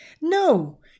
No